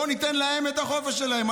בוא ניתן להם את החופש שלהם.